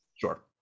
Sure